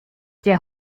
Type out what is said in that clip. der